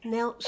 Now